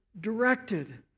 directed